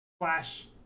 Flash